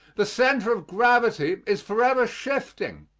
the center of gravity is forever shifting,